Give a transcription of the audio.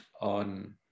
on